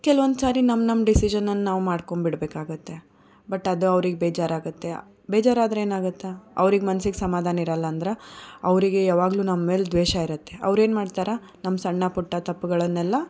ಕೆಲವೊಂದು ಸಾರಿ ನಮ್ಮ ನಮ್ಮ ಡಿಸಿಷನ್ನ ನಾವು ಮಾಡ್ಕೊಂಡ್ಬಿಡ್ಬೇಕಾಗುತ್ತೆ ಬಟ್ ಅದು ಅವರಿಗೆ ಬೇಜಾರು ಆಗುತ್ತೆ ಬೇಜಾರು ಆದರೆ ಏನಾಗುತ್ತೆ ಅವರಿಗೆ ಮನ್ಸಿಗೆ ಸಮಾಧಾನ ಇರಲ್ಲಂದ್ರೆ ಅವರಿಗೆ ಯಾವಾಗಲೂ ನಮ್ಮ ಮೇಲೆ ದ್ವೇಷ ಇರುತ್ತೆ ಅವ್ರೇನು ಮಾಡ್ತಾರೆ ನಮ್ಮ ಸಣ್ಣ ಪುಟ್ಟ ತಪ್ಪುಗಳನ್ನೆಲ್ಲ